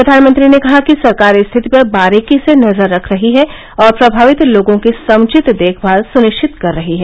प्रधानमंत्री ने कहा कि सरकार स्थिति पर बारीकी से नजर रख रही है और प्रमावित लोगों की समुचित देखमाल सुनिश्चित कर रही है